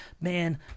man